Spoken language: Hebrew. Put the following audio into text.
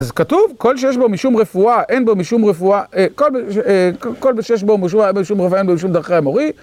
אז כתוב כל שיש בו משום רפואה, אין בו משום רפואה, כל שיש בו משום רפואה, אין בו משום דרכי המורי